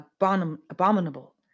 abominable